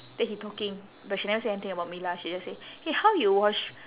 then he talking but she never say anything about me lah she just say eh how you wash